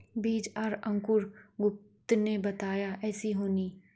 बीज आर अंकूर गुप्ता ने बताया ऐसी होनी?